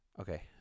Okay